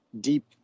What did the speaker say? deep